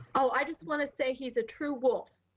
ah i just wanna say he's a true wolf.